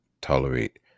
tolerate